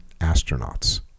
astronauts